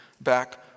back